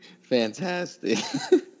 fantastic